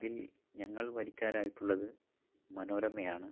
ഇതിൽ ഞങ്ങൾ വരിക്കാരായിട്ടുള്ളത് മനോരമയാണ്